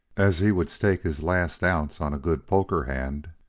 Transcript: as he would stake his last ounce on a good poker hand,